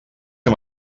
hem